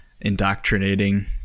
indoctrinating